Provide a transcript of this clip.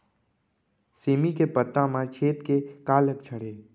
सेमी के पत्ता म छेद के का लक्षण हे?